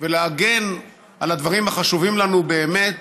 להגן על הדברים החשובים לנו באמת